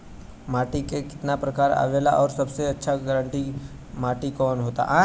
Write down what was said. माटी के कितना प्रकार आवेला और सबसे अच्छा कवन माटी होता?